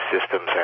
systems